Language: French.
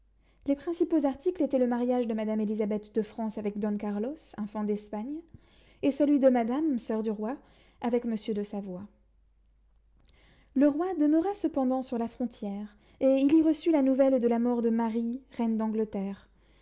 les principaux articles étaient le mariage de madame élisabeth de france avec don carlos infant d'espagne et celui de madame soeur du roi avec monsieur de savoie le roi demeura cependant sur la frontière et il y reçut la nouvelle de la mort de marie reine d'angleterre